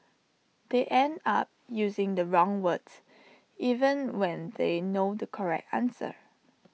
they end up using the wrong words even when they know the correct answer